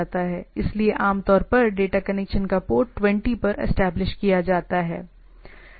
इसलिए आमतौर पर डेटा कनेक्शन को पोर्ट 20 पर एस्टेब्लिश किया जाता है